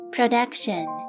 Production